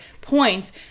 points